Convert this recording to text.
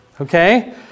Okay